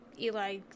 Eli